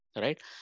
right